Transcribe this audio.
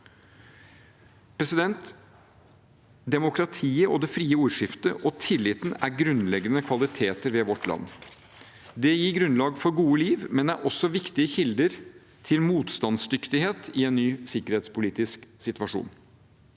bånd. Demokratiet, det frie ordskiftet og tilliten er grunnleggende kvaliteter ved vårt land. Det gir grunnlag for et godt liv, men er også viktige kilder til motstandsdyktighet i en ny sikkerhetspolitisk situasjon.